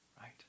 right